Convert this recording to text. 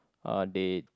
uh they